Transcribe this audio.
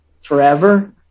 forever